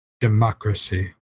democracy